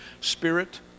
Spirit